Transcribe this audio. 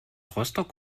rostock